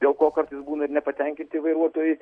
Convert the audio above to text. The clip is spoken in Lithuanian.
dėl ko kartais būna ir nepatenkinti vairuotojai